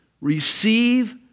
Receive